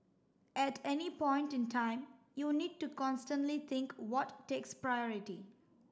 at any point in time you need to constantly think what takes priority